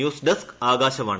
news desk Akashvani